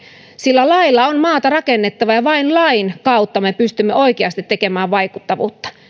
sillä lailla on maata rakennettava ja vain lain kautta me pystymme oikeasti tekemään vaikuttavuutta